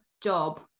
job